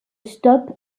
stop